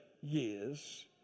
years